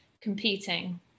competing